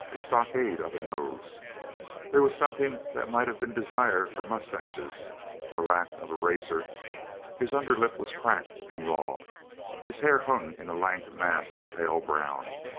a stockade of a nose there was something that might have been desire for moustachios or lack of a razor his under lip was cracked and raw his hair hung in a lank mass of pale brown.